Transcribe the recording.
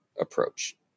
approach